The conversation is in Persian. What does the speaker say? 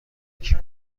یکی